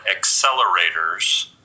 accelerators